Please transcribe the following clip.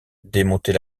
démonter